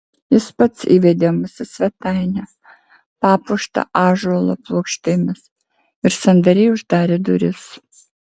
jis pats įvedė mus į svetainę papuoštą ąžuolo plokštėmis ir sandariai uždarė duris